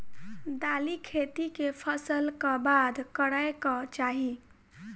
दालि खेती केँ फसल कऽ बाद करै कऽ चाहि?